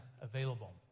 available